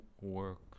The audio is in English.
work